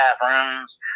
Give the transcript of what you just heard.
bathrooms